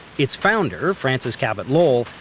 its founder, francis cabot lowell,